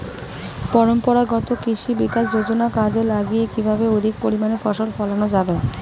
পরম্পরাগত কৃষি বিকাশ যোজনা কাজে লাগিয়ে কিভাবে অধিক পরিমাণে ফসল ফলানো যাবে?